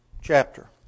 Chapter